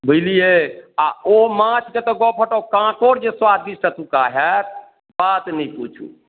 बुझलियै आ ओ माछके तऽ गप हटाउ काँकोर जे स्वादिष्ट अतुका हाएत बात नहि पुछु